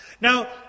Now